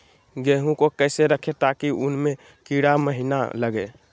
गेंहू को कैसे रखे ताकि उसमे कीड़ा महिना लगे?